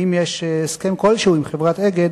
האם יש הסכם כלשהו עם חברת "אגד"